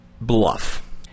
Bluff